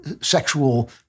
sexual